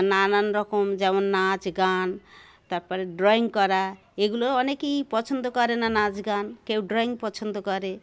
নানান রকম যেমন নাচ গান তার পরে ড্রয়িং করা এগুলো অনেকেই পছন্দ করে না নাচ গান কেউ ড্রয়িং পছন্দ করে